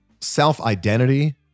self-identity